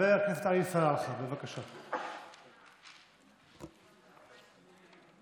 חבר הכנסת עלי סלאלחה, בבקשה, שלוש דקות